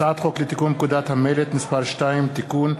הצעת חוק לתיקון פקודת המלט (מס' 2) (תיקון),